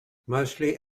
mostly